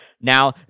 Now